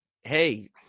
Hey